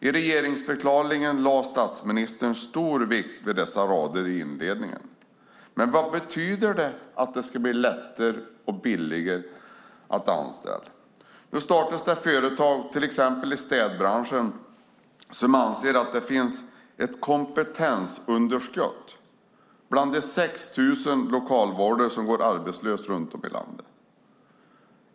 I regeringsförklaringen lade statsministern stor vikt vid dessa rader i inledningen. Men vad betyder dessa rader att det ska bli lättare och billigare att anställa? Nu startas det till exempel i städbranschen företag som anser att det finns ett kompetensunderskott bland de 6 000 lokalvårdare som går arbetslösa runt om i landet.